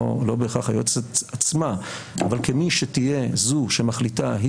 לא בהכרח היועצת עצמה אבל כמי שתהיה זו שמחליטה,